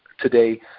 today